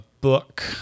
book